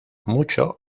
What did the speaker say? mucho